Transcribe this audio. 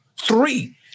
Three